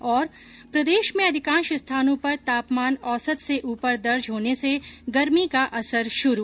और प्रदेश में अधिकांश स्थानों पर तापमान औसत से ऊपर दर्ज होने से गर्मी का असर शुरू